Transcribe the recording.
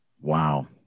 Wow